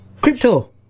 Crypto